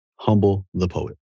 humblethepoet